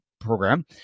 program